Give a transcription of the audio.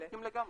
מסכים לגמרי.